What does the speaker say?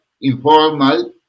informal